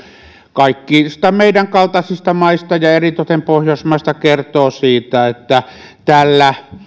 kaikista meidän kaltaisistamme maista ja eritoten pohjoismaista kertoo siitä että tällä